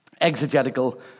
exegetical